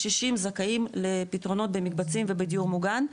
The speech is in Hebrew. קשישים זכאים לפתרונות במקבצים ובדיור מוגן.